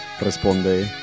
responde